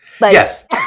Yes